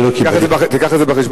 רק תביא את זה בחשבון.